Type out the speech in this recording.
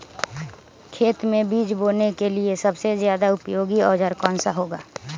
खेत मै बीज बोने के लिए सबसे ज्यादा उपयोगी औजार कौन सा होगा?